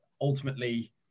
ultimately